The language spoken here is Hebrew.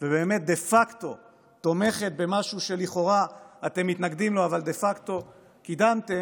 ובאמת דה פקטו תומכים במשהו שלכאורה אתם מתנגדים לו אבל דה פקטו קידמתם.